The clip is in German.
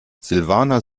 silvana